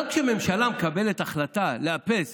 גם כשהממשלה מקבלת החלטה לאפס